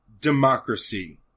democracy